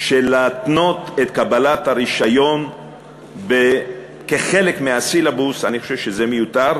שלהתנות את קבלת הרישיון כחלק מהסילבוס זה מיותר,